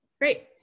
Great